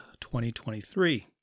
2023